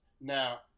Now